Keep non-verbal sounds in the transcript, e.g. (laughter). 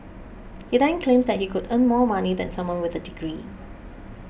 (noise) he then claims that he could earn more money than someone with a degree